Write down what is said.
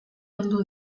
heldu